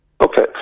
Okay